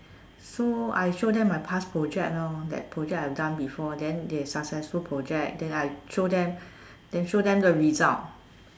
so I show then my past projects lor the projects I have done before then they successful project then I show them then show them the result